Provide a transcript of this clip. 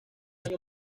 año